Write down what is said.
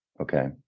okay